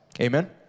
Amen